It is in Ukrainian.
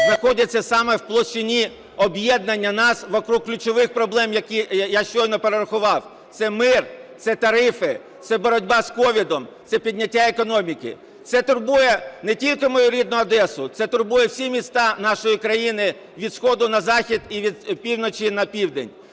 знаходяться саме в площині об'єднання нас навколо ключових проблем, які я щойно перерахував: це мир, це тарифи, це боротьба з COVID, це підняття економіки. Це турбує не тільки мою рідну Одесу, це турбує всі міста нашої країни від сходу на захід і від півночі на південь.